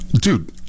Dude